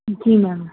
ਜੀ ਮੈਮ